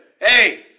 Hey